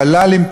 הוול"לים,